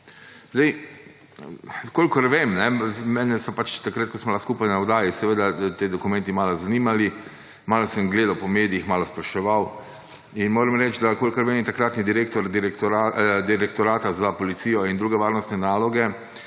Kolikor vem, mene so pač takrat, ko sva bila skupaj na oddaji, seveda ti dokumenti malo zanimali. Malo sem gledal po medijih, malo spraševal in moram reči, da kolikor vem, je takratni direktor Direktorata za policijo in druge varnostne naloge